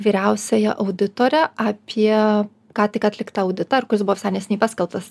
vyriausiąja auditore apie ką tik atliktą auditą ir kuris buvo visai neseniai paskelbtas